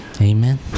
Amen